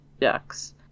ducks